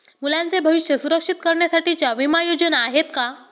मुलांचे भविष्य सुरक्षित करण्यासाठीच्या विमा योजना आहेत का?